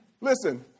listen